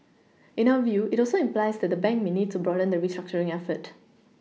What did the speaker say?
in our view it also implies that the bank may need to broaden the restructuring effort